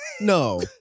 No